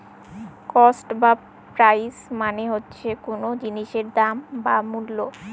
cost বা price মানে হচ্ছে কোন জিনিসের দাম বা মূল্য